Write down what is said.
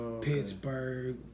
Pittsburgh